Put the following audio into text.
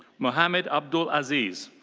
mohammad abdul aziz.